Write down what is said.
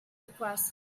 request